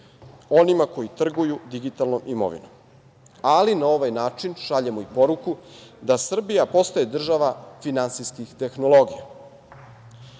onima koji trguju digitalnom imovinom, ali na ovaj način šaljemo i poruku da Srbija postaje država finansijskih tehnologija. Ovo